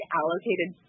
allocated